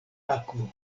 akvo